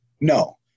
no